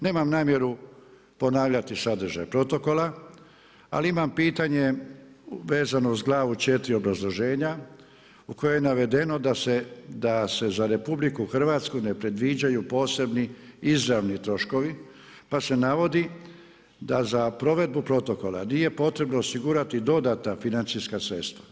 Nemam namjeru ponavljati sadržaj protokola, ali imam pitanje vezano uz glavu 4 obrazloženja u kojoj je navedeno da se za RH ne predviđaju posebni izravni troškovi, pa se navodi da za provedbu protokola nije potrebno osigurati dodatna financijska sredstva.